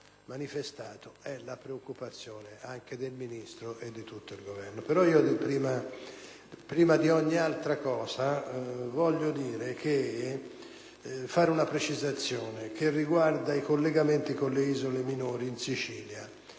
prima di ogni altra cosa, voglio fare una precisazione che riguarda i collegamenti con le isole minori in Sicilia,